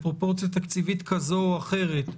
בפרופורציה תקציבית כזו או אחרת,